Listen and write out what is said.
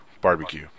barbecue